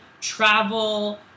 travel